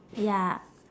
ya